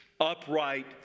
upright